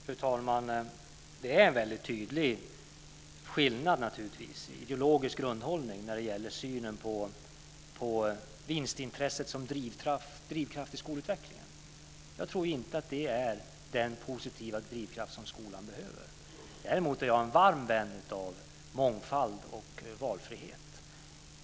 Fru talman! Det är naturligtvis en väldigt tydlig skillnad i ideologisk grundhållning när det gäller synen på vinstintresset som drivkraft i skolutvecklingen. Jag tror inte att det är den positiva drivkraft som skolan behöver. Däremot är jag en varm vän av mångfald och valfrihet.